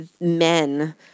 men